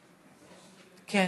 כן,